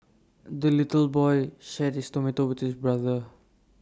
the little boy shared his tomato with his brother